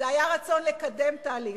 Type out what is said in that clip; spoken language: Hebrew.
והיה רצון לקדם תהליך.